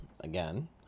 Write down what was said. again